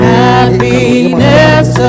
happiness